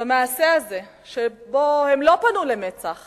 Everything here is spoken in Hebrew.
במעשה הזה, שבו הן לא פנו למצ"ח